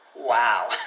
Wow